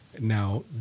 Now